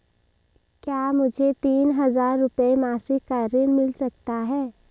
क्या मुझे तीन हज़ार रूपये मासिक का ऋण मिल सकता है?